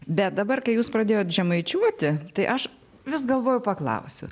bet dabar kai jūs pradėjot žemaičiuoti tai aš vis galvoju paklausiu